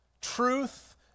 Truth